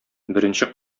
беренче